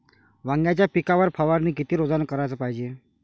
वांग्याच्या पिकावर फवारनी किती रोजानं कराच पायजे?